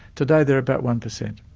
today they're about one percent.